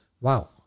Wow